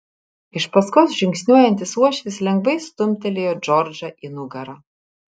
iš paskos žingsniuojantis uošvis lengvai stumtelėjo džordžą į nugarą